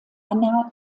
anna